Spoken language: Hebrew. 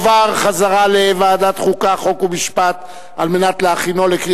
לוועדת החוקה, חוק ומשפט נתקבלה.